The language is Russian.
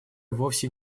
вовсе